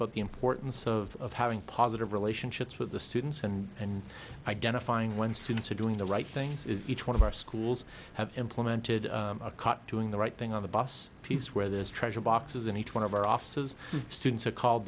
about the importance of having positive relationships with the students and identifying when students are doing the right things is each one of our schools have implemented a caught doing the right thing on the bus piece where this treasure box is and each one of our offices students are called